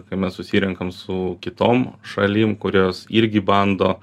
kai mes susirenkam su kitom šalim kurios irgi bando